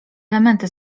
elementy